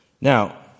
Now